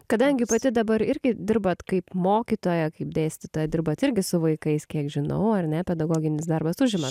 kadangi pati dabar irgi dirbat kaip mokytoja kaip dėstytoja dirbat irgi su vaikais kiek žinau ar ne pedagoginis darbas užima